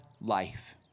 life